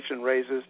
raises